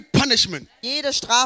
punishment